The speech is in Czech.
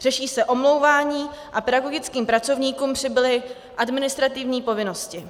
Řeší se omlouvání a pedagogickým pracovníkům přibyly administrativní povinnosti.